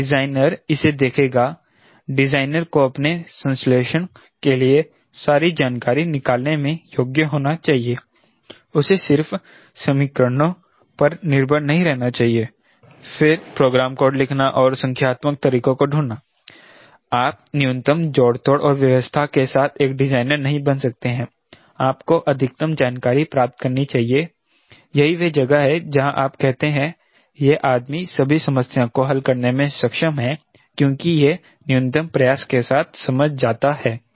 अब डिजाइनर इसे दिखेगा डिजाइनर को अपने संश्लेषण के लिए सारी जानकारी निकालने में योग्य होना चाहिए उसे सिर्फ समीकरणों पर निर्भर नहीं रहना चाहिए फिर प्रोग्राम कोड लिखना और संख्यात्मक तरीकों को ढूंडना आप न्यूनतम जोड़ तोड़ और व्यवस्था के साथ एक डिजाइनर नहीं बन सकते हैं आपको अधिकतम जानकारी प्राप्त करनी चाहिए यही वह जगह है जहाँ आप कहते हैं यह आदमी सभी समस्याओं को हल करने में सक्षम है क्योंकि यह न्यूनतम प्रयास के साथ समझ जाता है